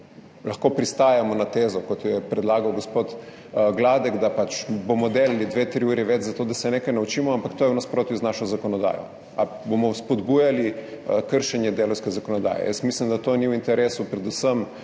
Lahko pristanemo na tezo, kot jo je predlagal gospod Gladek, da bomo pač delali dve, tri ure več zato, da se nekaj naučimo, ampak to je v nasprotju z našo zakonodajo. Ali bomo spodbujali kršenje delavske zakonodaje? Jaz mislim, da to ni v interesu, predvsem